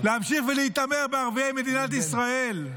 -- להמשיך ולהתעמר בערביי מדינת ישראל -- למה?